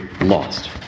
lost